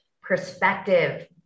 perspective